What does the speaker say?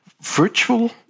virtual